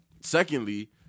Secondly